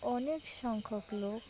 অনেক সংখ্যক লোক